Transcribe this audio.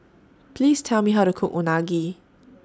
Please Tell Me How to Cook Unagi